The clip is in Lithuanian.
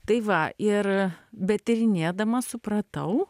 tai va ir betyrinėdama supratau